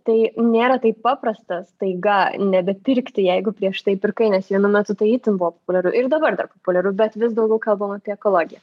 tai nėra taip paprasta staiga nebepirkti jeigu prieš tai pirkai nes vienu metu tai itin buvo populiaru ir dabar dar populiaru bet vis daugiau kalbam apie ekologiją